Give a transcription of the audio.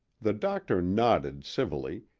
the doctor nodded civilly,